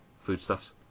foodstuffs